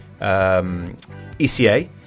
ECA